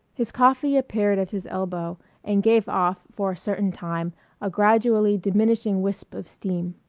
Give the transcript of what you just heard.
his coffee appeared at his elbow and gave off for a certain time a gradually diminishing wisp of steam.